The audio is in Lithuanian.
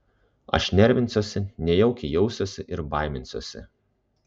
aš nervinsiuosi nejaukiai jausiuosi ir baiminsiuosi